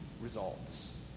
results